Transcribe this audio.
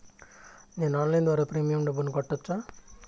నేను ఆన్లైన్ ద్వారా ప్రీమియం డబ్బును కట్టొచ్చా?